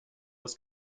was